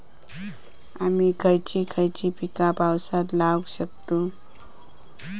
आम्ही खयची खयची पीका पावसात लावक शकतु?